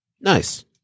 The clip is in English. Nice